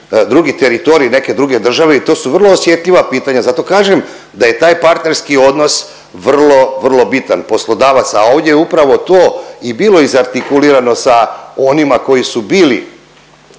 drugi teritorij neke druge države i to su vrlo osjetljiva pitanja. Zato kažem da je taj partnerski odnos vrlo, vrlo bitan poslodavaca, a ovdje je upravo to i bilo izartikulirano sa onima koji su bili